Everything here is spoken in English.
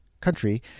country